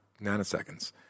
nanoseconds